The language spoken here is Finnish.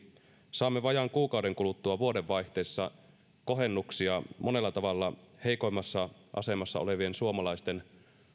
saamme vajaan kuukauden kuluttua vuodenvaihteessa kohennuksia monella tavalla heikoimmassa asemassa olevien suomalaisten